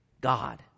God